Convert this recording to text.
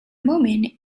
moment